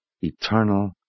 eternal